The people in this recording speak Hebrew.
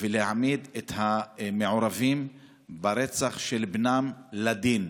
ולהעמיד את המעורבים ברצח של בנם לדין.